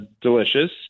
delicious